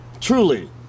Truly